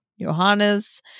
johanna's